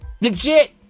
Legit